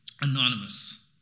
anonymous